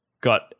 got